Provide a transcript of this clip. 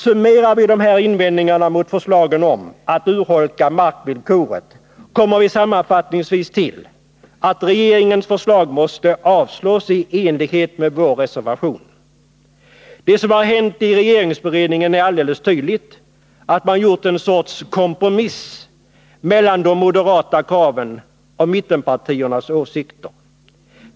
Summerar vi de här invändningarna mot förslagen att urholka markvillkoret, kommer vi fram till att regeringens förslag måste avslås i enlighet med vår reservation 1 till civilutskottets betänkande 40. Det som har hänt i regeringsberedningen är alldeles tydligt — man har gjort en sorts kompromiss mellan de moderata kraven och mittenpartiernas åsikter.